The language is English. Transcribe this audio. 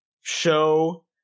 show